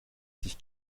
sich